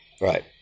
Right